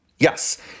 Yes